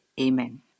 Amen